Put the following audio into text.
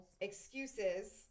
Excuses